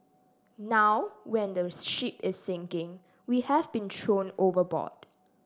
now when those ship is sinking we have been thrown overboard